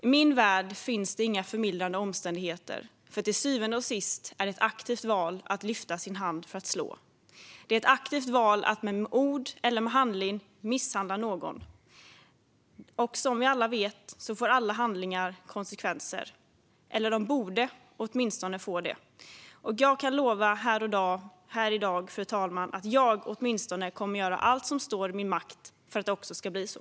I min värld finns det inga förmildrande omständigheter, för till syvende och sist är det ett aktivt val att lyfta sin hand för att slå. Det är ett aktivt val att med ord eller handling misshandla någon. Och som vi alla vet får alla handlingar konsekvenser, eller de borde åtminstone få det. Jag kan lova här i dag, fru talman, att jag kommer att göra allt som står i min makt för att det ska bli så.